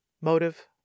Motive